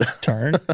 turn